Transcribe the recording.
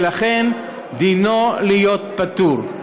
ולכן דינו להיות פטור.